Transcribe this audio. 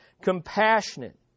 compassionate